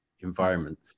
environment